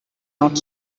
not